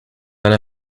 then